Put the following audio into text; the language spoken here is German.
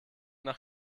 nach